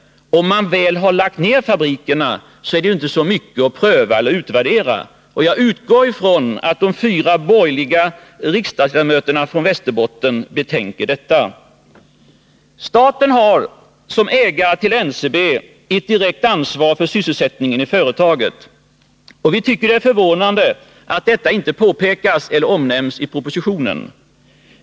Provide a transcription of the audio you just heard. Om man väl har lagt ned fabrikerna, så är det ju inte så mycket kvar att pröva eller utvärdera. Jag utgår från att de fyra borgerliga riksdagsledamöterna från Västerbotten betänker detta. Staten har som ägare till NCB ett direkt ansvar för sysselsättningen i företaget. Vi tycker det är förvånande att detta inte påpekas eller ens omnämns i propositionen.